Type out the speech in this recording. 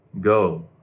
go